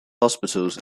hospitals